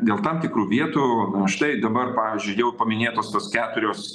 dėl tam tikrų vietų na štai dabar pavyzdžiui jau paminėtos tos keturios